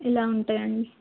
ఇలా ఉంటాయండి